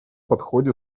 подходе